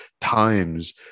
times